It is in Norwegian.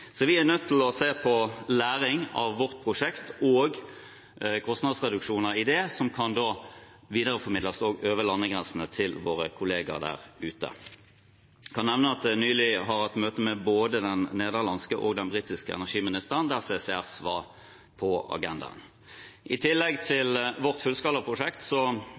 Så vi er nødt til å se på læring av vårt prosjekt og kostnadsreduksjoner i det, som kan videreformidles også over landegrensene, til våre kollegaer der ute. Jeg kan nevne at jeg nylig har hatt møte med både den nederlandske og den britiske energiministeren der CCS var på agendaen. I tillegg til vårt fullskalaprosjekt